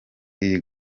iyi